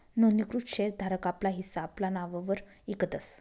नोंदणीकृत शेर धारक आपला हिस्सा आपला नाववर इकतस